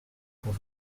pour